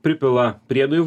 pripila priedų į